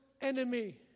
enemy